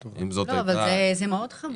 זה מאוד חמור.